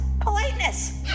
politeness